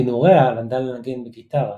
בנעוריה למדה לנגן בגיטרה,